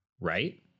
right